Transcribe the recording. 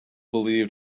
believed